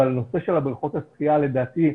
לדעתי,